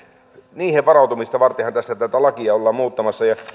niihin varautumista vartenhan tässä tätä lakia ollaan muuttamassa